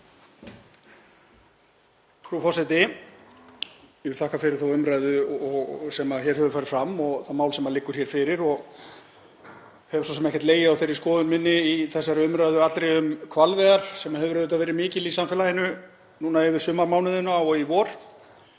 Frú forseti. Ég vil þakka fyrir þá umræðu sem hér hefur farið fram og það mál sem liggur hér fyrir. Ég hef svo sem ekkert legið á þeirri skoðun minni í þessari umræðu allri um hvalveiðar, sem hefur auðvitað verið mikil í samfélaginu núna yfir sumarmánuðina og í vor,